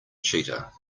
cheetah